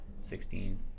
sixteen